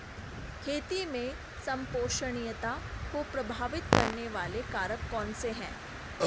खेती में संपोषणीयता को प्रभावित करने वाले कारक कौन से हैं?